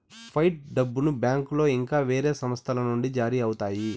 fight డబ్బును బ్యాంకులో ఇంకా వేరే సంస్థల నుండి జారీ అవుతాయి